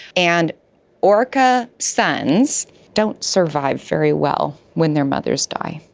and orca sons don't survive very well when their mothers die.